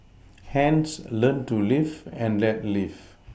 hence learn to live and let live